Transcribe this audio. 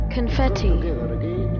Confetti